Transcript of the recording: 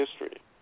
history